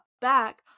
back